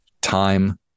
time